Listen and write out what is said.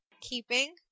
Keeping